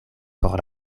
por